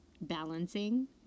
balancing